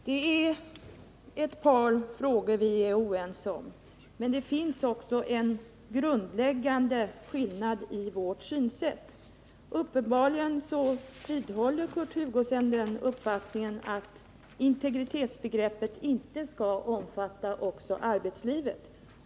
Herr talman! Det är ett par frågor som vi är oense om. Men det finns också en grundläggande skillnad i vårt synsätt: Uppenbarligen vidhåller Kurt Hugosson uppfattningen att integritetsbegreppet inte skall omfatta arbetslivet.